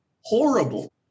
horrible